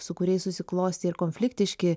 su kuriais susiklostė ir konfliktiški